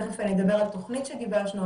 תיכף אני אדבר על תוכנית שגיבשנו,